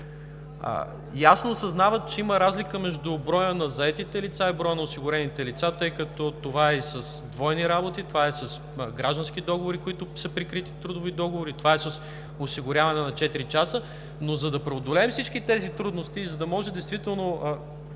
Ясно съзнават, че има разлика между броя на заетите лица и броя на осигурените лица, тъй като това е с двойни работи, това е с граждански и трудови договори, които са прикрити, това е с осигуряване на четири часа. За да преодолеем всички тези трудности и за да може действително